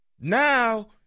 Now